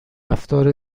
رفتار